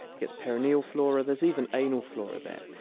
it gets perennial flora, there's even anal flora there.